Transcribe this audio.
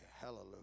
Hallelujah